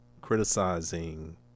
criticizing